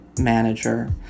manager